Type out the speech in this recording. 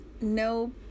no